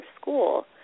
school